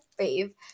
fave